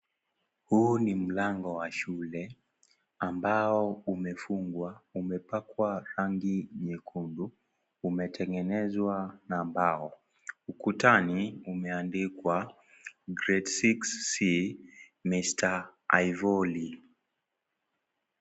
Huu ni mlango wa shule, mbao umefungwa, umepakwa rangi nyekundu, umetengenezwa , na mbao, ukutani umeandikwa, (cs)grade 6 C, mr, Hairoli(cs).